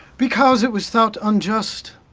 because it was thought unjust.